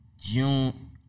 June